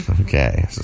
Okay